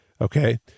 Okay